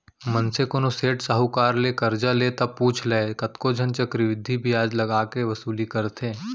मनसे कोनो सेठ साहूकार करा ले करजा ले ता पुछ लय कतको झन चक्रबृद्धि बियाज लगा के वसूली करथे